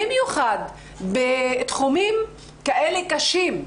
במיוחד בתחומים כאלה קשים,